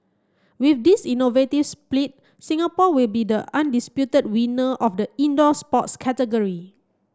with this innovative split Singapore will be the undisputed winner of the indoor sports category